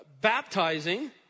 Baptizing